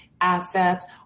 assets